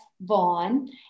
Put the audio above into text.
Vaughn